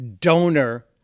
donor